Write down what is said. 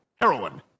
heroin